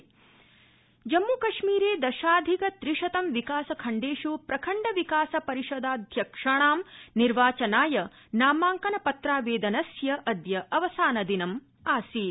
जम्म्कश्मीरम् जम्मूकश्मीरे दशाधिक त्रि शतं विकासखण्डेष् प्रखण्डविकास परिषदाध्यक्षाणां निर्वाचनाय नामांकन पत्रावेदनस्याद्य अवसानदिनम् आसीत्